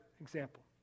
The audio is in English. example